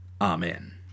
Amen